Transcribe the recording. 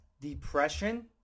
depression